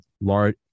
large